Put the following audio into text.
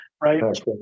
right